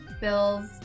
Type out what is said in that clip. Bill's